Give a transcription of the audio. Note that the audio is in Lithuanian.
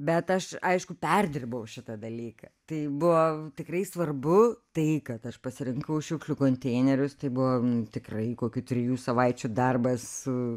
bet aš aišku perdirbau šitą dalyką tai buvo tikrai svarbu tai kad aš pasirinkau šiukšlių konteinerius tai buvo tikrai kokių trijų savaičių darbas su